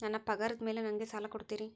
ನನ್ನ ಪಗಾರದ್ ಮೇಲೆ ನಂಗ ಸಾಲ ಕೊಡ್ತೇರಿ?